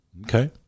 okay